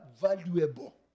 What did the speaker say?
valuable